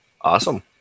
Awesome